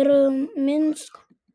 ir minsko